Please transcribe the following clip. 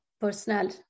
personal